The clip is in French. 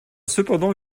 cependant